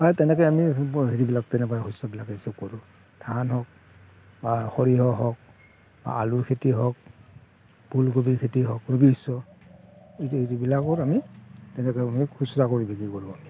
প্ৰায় তেনেকৈয়ে আমি হেৰিবিলাক তেনেকৈ শস্যবিলাক কৰোঁ ধান হওক বা সৰিয়হ হওক আলু খেতি হওক ফুলকবিৰ খেতি হওক ৰবি শস্য এইবিলাকৰ আমি খুচুৰা কৰি বিক্ৰী কৰোঁ আমি